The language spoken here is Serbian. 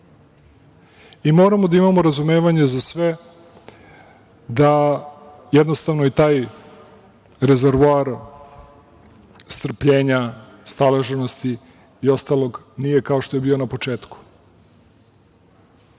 i moramo da imamo razumevanje za sve, jednostavno i taj rezervoar strpljenja, staloženosti i ostalog nije kao što je bio na početku.